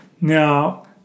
Now